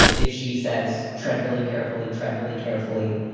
if she says tread really carefully, tread really carefully.